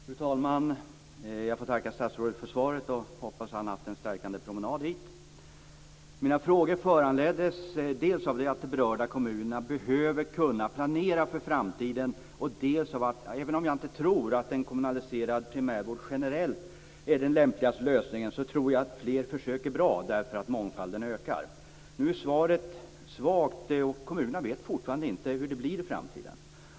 Fru talman! Jag får tacka statsrådet för svaret. Jag hoppas att han har fått en stärkande promenad hit till riksdagen. Mina frågor föranleddes dels av att de berörda kommunerna behöver kunna planera för framtiden, dels för att jag tror att fler försök är bra eftersom mångfalden ökar - även om jag inte tror att en kommunaliserad primärvård generellt är den lämpligaste lösningen. Svaret är svagt, och kommunerna vet fortfarande inte hur det blir i framtiden.